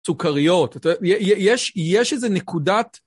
סוכריות, יש איזה נקודת...